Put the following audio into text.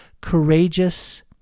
courageous